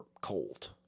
cold